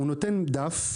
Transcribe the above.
הוא נותן דף,